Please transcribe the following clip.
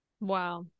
Wow